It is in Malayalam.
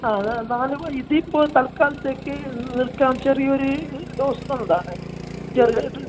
ആ ആ നാല് മണി ഇതിപ്പോൾ തൽക്കാലത്തേക്ക് നിൽക്കാൻ ചെറിയ ഒരു ഡോസ് തന്നതാണ് ചെറിയ ഒരു